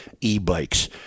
e-bikes